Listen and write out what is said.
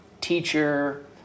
Teacher